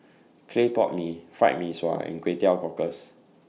Clay Pot Mee Fried Mee Sua and Kway Teow Cockles